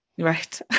Right